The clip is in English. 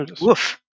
woof